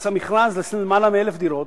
יצא מכרז של למעלה מ-1,000 דירות,